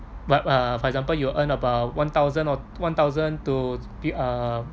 but uh for example you earn about one thousand or one thousand to be uh